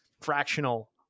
fractional